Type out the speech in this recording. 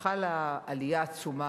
חלה עלייה עצומה,